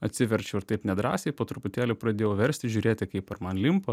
atsiverčiau ir taip nedrąsiai po truputėlį pradėjau versti žiūrėti kaip ar man limpa